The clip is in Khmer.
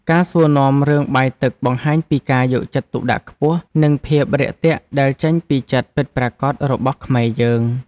ការសួរនាំរឿងបាយទឹកបង្ហាញពីការយកចិត្តទុកដាក់ខ្ពស់ និងភាពរាក់ទាក់ដែលចេញពីចិត្តពិតប្រាកដរបស់ខ្មែរយើង។